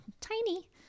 tiny